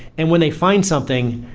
and when they find something,